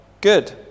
good